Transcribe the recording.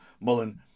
Mullen